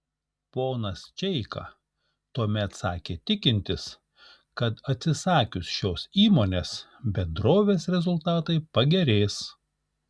ponas čeika tuomet sakė tikintis kad atsisakius šios įmonės bendrovės rezultatai pagerės